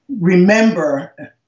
remember